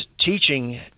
teaching